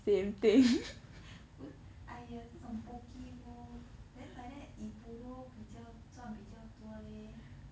不 !aiya! 这种 poke bowl then like that Ippudo 比较赚比较多 leh